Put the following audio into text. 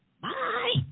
bye